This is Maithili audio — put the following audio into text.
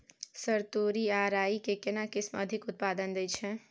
सर तोरी आ राई के केना किस्म अधिक उत्पादन दैय छैय?